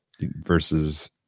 versus